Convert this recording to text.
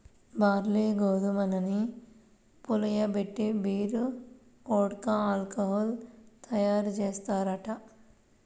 barley, గోధుమల్ని పులియబెట్టి beer, vodka, alcohol తయ్యారుజెయ్యొచ్చంట